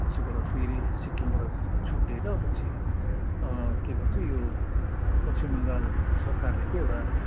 पछिबाट फेरि सिक्किमबाट छुट्टिएर पछि के भन्छ यो पश्चिम बङ्गाल सरकारले चाहिँ एउटा